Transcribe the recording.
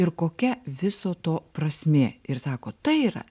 ir kokia viso to prasmė ir sako tai yra